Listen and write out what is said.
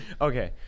Okay